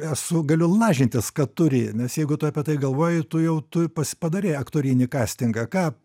esu galiu lažintis kad turi nes jeigu tu apie tai galvoji tu jau tu pas padarei aktorinį kastingą ką